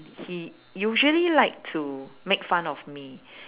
he usually like to make fun of me